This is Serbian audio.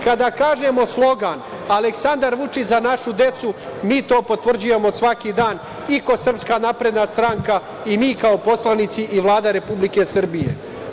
Kada kažemo slogan „Aleksandar Vučić - Za našu decu“, mi to potvrđujemo svaki dan i kao Srpska napredna stranka i mi kao poslanici i Vlada Republike Srbije.